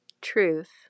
Truth